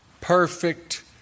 perfect